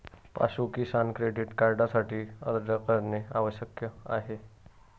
पाशु किसान क्रेडिट कार्डसाठी अर्ज करणे आवश्यक आहे